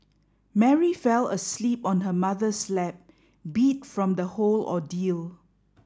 Mary fell asleep on her mother's lap beat from the whole ordeal